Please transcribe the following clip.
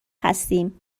هستیم